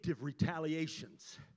retaliations